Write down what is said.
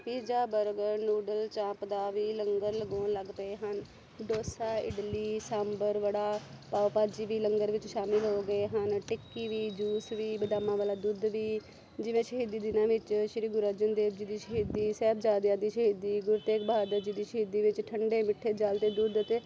pizza burger noodle ਚਾਪ ਦਾ ਵੀ ਲੰਗਰ ਲਗਾਉਣ ਲੱਗ ਪਏ ਹਨ ਡੋਸਾ ਇਡਲੀ ਸਾਂਬਰ ਬੜਾ ਪਾਓ ਭਾਜੀ ਵੀ ਲੰਗਰ ਵਿੱਚ ਸ਼ਾਮਿਲ ਹੋ ਗਏ ਹਨ ਟਿੱਕੀ ਵੀ ਜੂਸ ਵੀ ਬਦਾਮਾਂ ਵਾਲਾ ਦੁੱਧ ਵੀ ਜਿਵੇਂ ਸ਼ਹੀਦੀ ਦਿਨਾਂ ਵਿੱਚ ਸ਼੍ਰੀ ਗੁਰੂ ਅਰਜਨ ਦੇਵ ਜੀ ਦੀ ਸ਼ਹੀਦੀ ਸਾਹਿਬਜ਼ਾਦਿਆਂ ਦੀ ਸ਼ਹੀਦੀ ਗੁਰੂ ਤੇਗ ਬਹਾਦਰ ਜੀ ਦੀ ਸ਼ਹੀਦੀ ਵਿੱਚ ਠੰਡੇ ਮਿੱਠੇ ਜਲ ਅਤੇ ਦੁੱਧ ਅਤੇ